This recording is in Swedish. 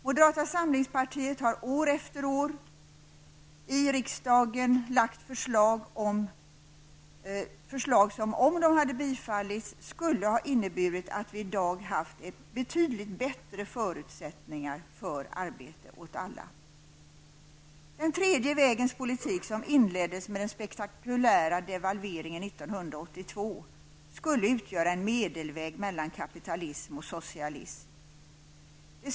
Moderata samlingspartiet har år efter år i riksdagen lagt förslag som om de hade bifallits skulle ha inneburit att Sverige i dag hade haft betydligt bättre förutsättningar för arbete åt alla. ''Den tredje vägens'' politik som inleddes med den spektakulära devalveringen 1982 skulle utgöra en medelväg mellan kapitalism och socialism.